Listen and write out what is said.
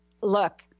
look